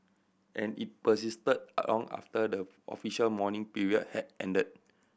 and it persisted long after the official mourning period had ended